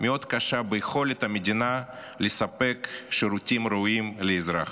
מאוד קשה ביכולת המדינה לספק שירותים ראויים לאזרח.